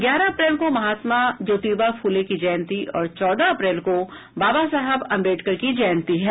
ग्यारह अप्रैल को महात्मा ज्योतिबा फुले की जयंती और चौदह अप्रैल को बाबा साहेब अंबेडकर की जयंती है